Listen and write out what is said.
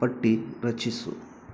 ಪಟ್ಟಿ ರಚಿಸು